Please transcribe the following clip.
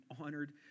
honored